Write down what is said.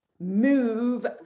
move